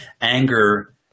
anger